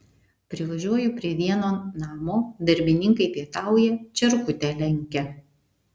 privažiuoju prie vieno namo darbininkai pietauja čierkutę lenkia